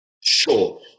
Sure